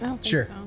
Sure